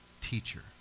teacher